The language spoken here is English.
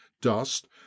dust